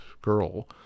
girl